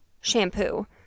shampoo